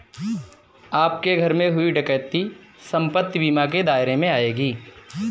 आपके घर में हुई डकैती संपत्ति बीमा के दायरे में आएगी